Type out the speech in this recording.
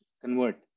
convert